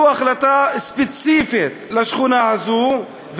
לגבי ואדי אל-פאש.) זו החלטה ספציפית לשכונה הזאת,